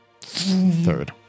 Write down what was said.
third